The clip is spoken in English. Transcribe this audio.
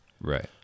Right